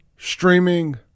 streaming